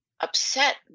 upset